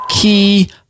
Key